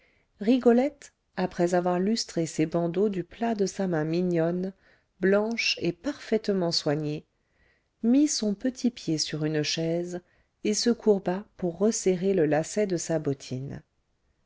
rigolette après avoir lustré ses bandeaux du plat de sa main mignonne blanche et parfaitement soignée mit son petit pied sur une chaise et se courba pour resserrer le lacet de sa bottine